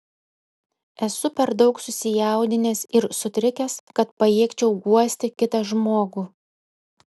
esu per daug susijaudinęs ir sutrikęs kad pajėgčiau guosti kitą žmogų